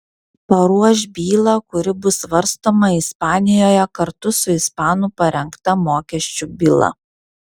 paruoš bylą kuri bus svarstoma ispanijoje kartu su ispanų parengta mokesčių byla